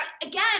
Again